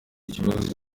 ikibazo